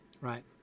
Right